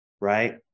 right